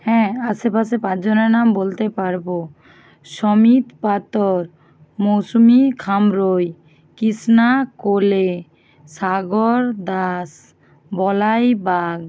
হ্যাঁ আশেপাশে পাঁচ জনের নাম বলতে পারবো সমিত পাথর মৌসুমী খামরুই কিসনা কোলে সাগর দাস বলাই বাগ